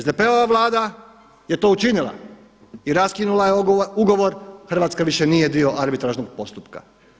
SDP-ova Vlada je to učinila i raskinula je ugovor, Hrvatska više nije dio arbitražnog postupka.